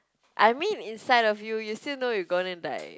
I mean inside of you you still know you gonna die